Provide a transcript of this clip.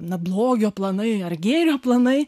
na blogio planai ar gėrio planai